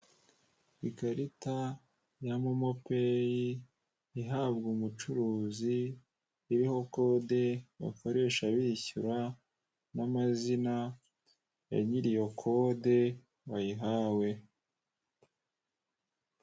Ikarita Momo Pay, ihabwa umucuruzi, iriho kode bakoresha bishyura n'amazina ya nyiri iyo kode wayihawe.